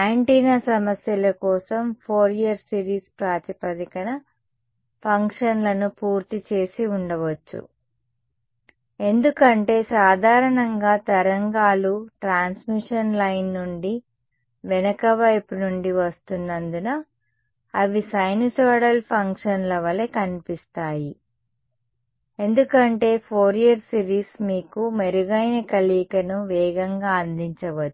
antenna సమస్యల కోసం Fourier series ప్రాతిపదికన ఫంక్షన్లను పూర్తి చేసి ఉండవచ్చు ఎందుకంటే సాధారణంగా తరంగాలు ట్రాన్స్మిషన్ లైన్ నుండి వెనుక వైపు నుండి వస్తున్నందున అవి సైనూసోయిడల్ ఫంక్షన్ల వలె కనిపిస్తాయి ఎందుకంటే ఫోరియర్ సిరీస్ మీకు మెరుగైన కలయికను వేగంగా అందించవచ్చు